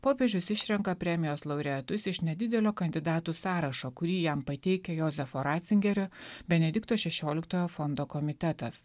popiežius išrenka premijos laureatus iš nedidelio kandidatų sąrašą kurį jam pateikia jozefo ratzingerio benedikto šešioliktojo fondo komitetas